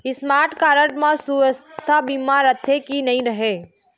Smart card म सुवास्थ बीमा रथे की नई रहे?